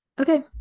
Okay